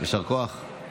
יישר כוח.